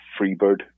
Freebird